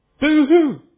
Boo-hoo